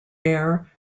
air